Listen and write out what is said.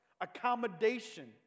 Accommodation